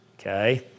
Okay